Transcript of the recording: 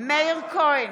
מאיר כהן,